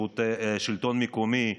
שלטון מקומי,